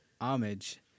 homage